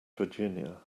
virginia